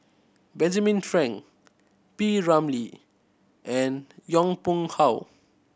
Benjamin Frank P Ramlee and Yong Pung How